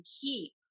keep